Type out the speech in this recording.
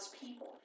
people